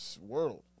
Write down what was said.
world